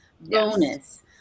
bonus